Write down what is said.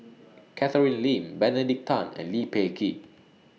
Catherine Lim Benedict Tan and Lee Peh Gee